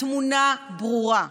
התמונה ברורה.